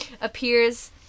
Appears